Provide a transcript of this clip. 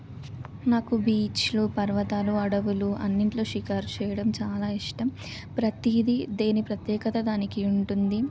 నాకు బీచ్లు పర్వతాలు అడవులు అన్నింట్లో షికారు చేయడం చాలా ఇష్టం ప్రతీది దేని ప్రత్యేకత దానికి ఉంటుంది